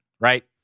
right